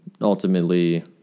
ultimately